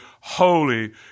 holy